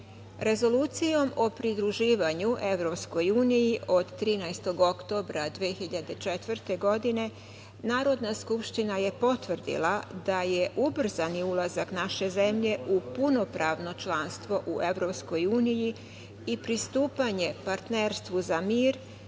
Rezolucijom o pridruživanju EU od 13. oktobra 2004. godine Narodna skupština je potvrdila da je ubrzani ulazak naše zemlje u punopravno članstvo u EU i pristupanje Partnerstvu za mir